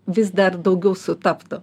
vis dar daugiau sutaptų